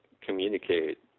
communicate